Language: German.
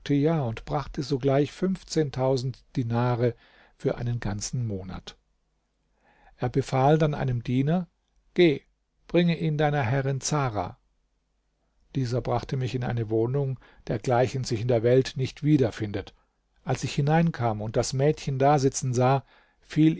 und brachte sogleich fünfzehntausend dinare für einen ganzen monat er befahl dann einem diener geh bringe ihn deiner herrin zahra dieser brachte mich in eine wohnung dergleichen sich in der welt nicht wieder findet als ich hineinkam und das mädchen dasitzen sah fiel